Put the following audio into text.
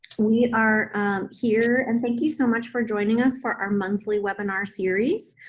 we are here and thank you so much for joining us for our monthly webinar series.